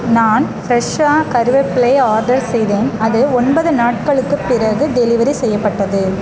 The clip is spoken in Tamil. நான் ஃப்ரெஷாக கறிவேப்பிலை ஆர்டர் செய்தேன் அது ஒன்பது நாட்களுக்குப் பிறகு டெலிவரி செய்யப்பட்டது